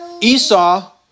Esau